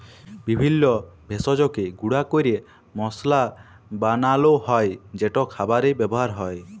বিভিল্য ভেষজকে গুঁড়া ক্যরে মশলা বানালো হ্যয় যেট খাবারে ব্যাবহার হ্যয়